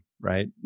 right